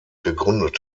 gegründet